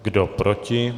Kdo proti?